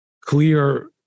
clear